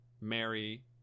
mary